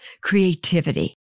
creativity